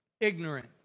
ignorant